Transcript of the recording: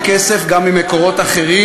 נביא כסף גם ממקורות אחרים,